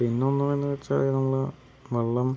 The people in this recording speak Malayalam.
പിന്നൊന്ന് എന്ന് വെച്ചാൽ നമ്മള് വെള്ളം